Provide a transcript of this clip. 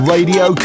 Radio